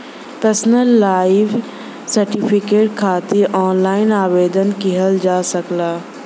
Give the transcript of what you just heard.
pensioner life certificate खातिर online आवेदन किहल जा सकला